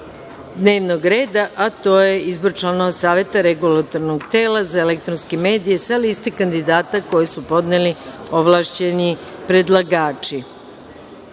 dnevnog reda, a to je izbor članova Saveta Regulatornog tela za elektronske medije sa liste kandidata koji su podneli ovlašćeni predlagači. Podsećam